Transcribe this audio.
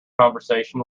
conversation